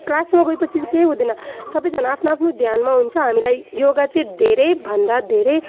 क्लासमा गए पछि चाहिँ केही हुँदैन सबजना आफ्नो आफ्नो ध्यानमा हामीलाई योगा चाहिँ धेरै भन्दा धेरै